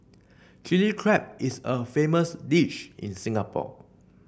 Chilli Crab is a famous dish in Singapore